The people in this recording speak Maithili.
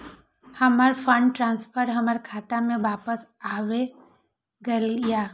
हमर फंड ट्रांसफर हमर खाता में वापस आब गेल या